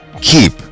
keep